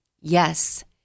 yes